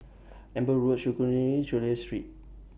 Amber Road Secondary Chulia Street